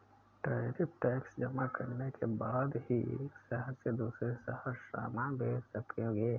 tariff tax जमा करने के बाद ही एक शहर से दूसरे शहर सामान भेज सकोगे